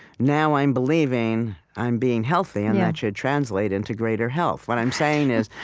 now i'm believing i'm being healthy, and that should translate into greater health. what i'm saying is,